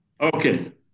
Okay